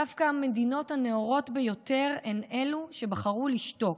דווקא המדינות הנאורות ביותר הן שבחרו לשתוק,